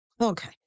Okay